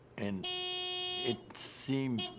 and it seemed